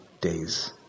days